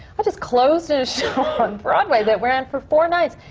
i just closed in a show on broadway that ran for four nights,